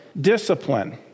discipline